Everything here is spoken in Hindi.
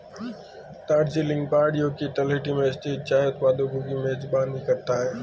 दार्जिलिंग पहाड़ियों की तलहटी में स्थित चाय उत्पादकों की मेजबानी करता है